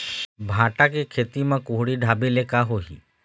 भांटा के खेती म कुहड़ी ढाबे ले का होही?